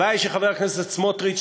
הבעיה היא שחבר הכנסת סמוטריץ,